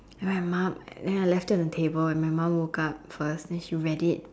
I write mum and then I left it on the table and my mum woke up first and then she read it